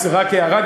רק הערה,